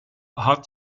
hat